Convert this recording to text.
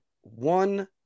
one